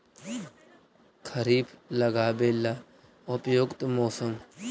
खरिफ लगाबे ला उपयुकत मौसम?